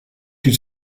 die